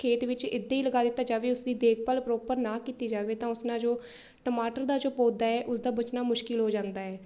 ਖੇਤ ਵਿੱਚ ਇੱਦਾਂ ਹੀ ਲਗਾ ਦਿੱਤਾ ਜਾਵੇ ਉਸ ਦੀ ਦੇਖਭਾਲ ਪ੍ਰੋਪਰ ਨਾ ਕੀਤੀ ਜਾਵੇ ਤਾਂ ਉਸ ਨਾਲ ਜੋ ਟਮਾਟਰ ਦਾ ਜੋ ਪੌਦਾ ਹੈ ਉਸਦਾ ਬਚਣਾ ਮੁਸ਼ਕਿਲ ਹੋ ਜਾਂਦਾ ਹੈ